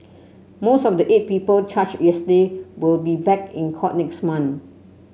most of the eight people charged yesterday will be back in court next month